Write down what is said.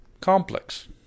Complex